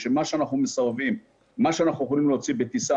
שמה שאנחנו יכולים להוציא בטיסה,